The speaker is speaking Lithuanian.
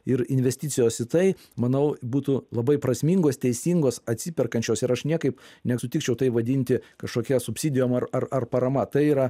ir investicijos į tai manau būtų labai prasmingos teisingos atsiperkančios ir aš niekaip neksutikčiau tai vadinti kažkokia subsidijom ar ar ar parama tai yra